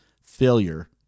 failure